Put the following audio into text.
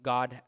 God